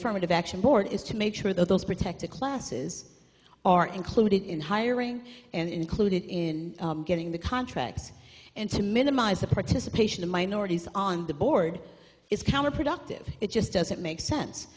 affirmative action board is to make sure that those protected classes are included in hiring and included in getting the contracts and to minimize the participation of minorities on the board is counterproductive it just doesn't make sense